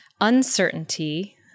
Uncertainty